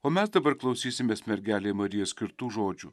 o mes dabar klausysimės mergelei marijai skirtų žodžių